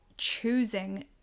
choosing